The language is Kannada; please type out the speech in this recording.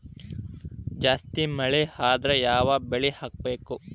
ಜಾಸ್ತಿ ಮಳಿ ಆದ್ರ ಯಾವ ಬೆಳಿ ಹಾಕಬೇಕು?